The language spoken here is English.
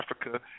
Africa